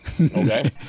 Okay